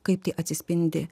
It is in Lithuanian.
kaip tai atsispindi